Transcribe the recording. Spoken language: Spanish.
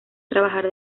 trabajar